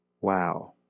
wow